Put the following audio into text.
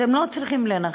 אתם לא צריכים לנחש,